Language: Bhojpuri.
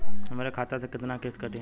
हमरे खाता से कितना किस्त कटी?